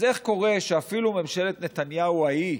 אז איך קורה שאפילו ממשלת נתניהו ההיא,